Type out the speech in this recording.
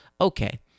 Okay